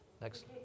Next